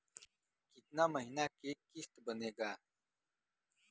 कितना महीना के किस्त बनेगा?